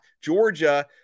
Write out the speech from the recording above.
Georgia